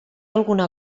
alguna